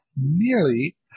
nearly